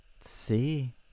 see